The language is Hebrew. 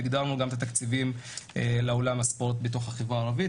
והגדרנו גם את התקציבים לעולם הספורט בתוך החברה הערבית.